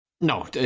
No